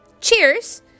Cheers